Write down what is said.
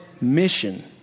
mission